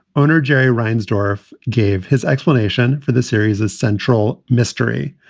owner jerry reinsdorf gave his explanation for the series a central mystery.